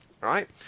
right